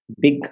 big